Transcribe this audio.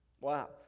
Wow